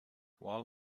well